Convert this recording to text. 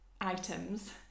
items